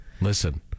listen